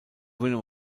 winner